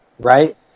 Right